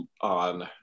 on